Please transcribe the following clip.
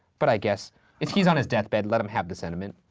but i guess if he's on his deathbed, let him have the sentiment.